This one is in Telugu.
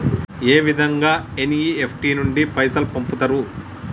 ఏ విధంగా ఎన్.ఇ.ఎఫ్.టి నుండి పైసలు పంపుతరు?